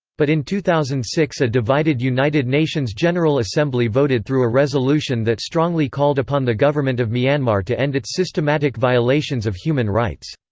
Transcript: but in two thousand and six a divided united nations general assembly voted through a resolution that strongly called upon the government of myanmar to end its systematic violations of human rights.